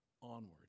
onward